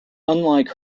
unlike